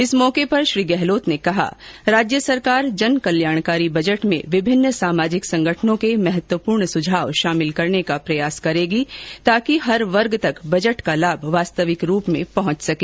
इस मौके पर श्री गहलोत ने कहा कि राज्य सरकार जनकल्याणकारी बजट में विभिन्न सामाजिक संगठनों के महत्त्वपूर्ण सुझाव शामिल करने का प्रयास करेगी ताकि हर वर्ग तक बजट का लाभ वास्तविक रूप में पहुंच सके